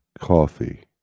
Coffee